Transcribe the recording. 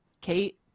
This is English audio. Kate